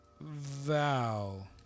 vow